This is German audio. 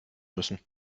müssen